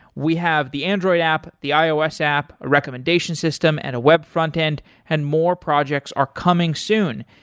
we have the android app, the ios app, a recommendation system and a web frontend and more projects are coming soon.